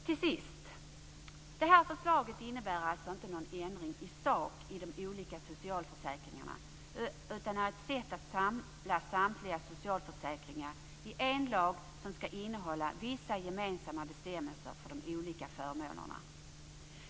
Till sist vill jag säga att det här förslaget alltså inte innebär någon ändring i sak i de olika socialförsäkringarna, utan är ett sätt att samla samtliga socialförsäkringar i en lag som ska innehålla vissa gemensamma bestämmelser för de olika förmånerna.